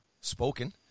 spoken